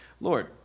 Lord